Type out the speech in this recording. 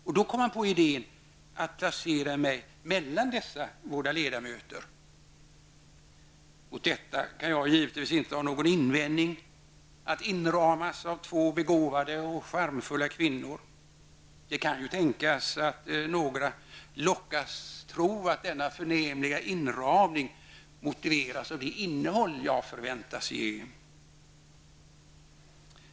Och då kom man på idén att placera mig mellan dessa båda ledamöter. Mot detta kan jag givetvis inte ha någon invändning -- att inramas av två begåvade och charmfulla kvinnor. Det kan ju tänkas att några lockas tro att denna förnämliga inramning motiveras av det innehåll jag förväntas ge debatten.